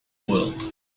world